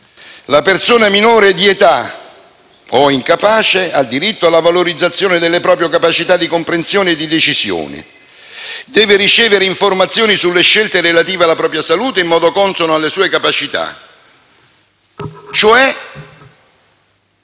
«La persona minore di età o incapace ha diritto alla valorizzazione delle proprie capacità di comprensione e di decisione». Continua poi dicendo che «Deve ricevere informazioni sulle scelte relative alla propria salute in modo consono alle sue capacità».